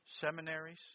seminaries